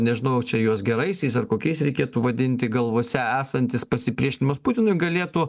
nežinau čia juos geraisiais ar kokiais reikėtų vadinti galvose esantis pasipriešinimas putinui galėtų